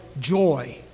joy